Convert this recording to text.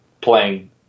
playing